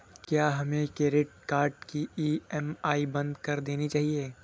क्या हमें credit card की ई.एम.आई बंद कर देनी चाहिए?